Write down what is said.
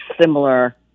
similar